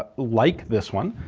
ah like this one.